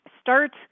start